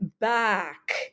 back